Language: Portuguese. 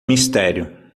mistério